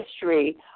history